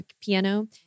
piano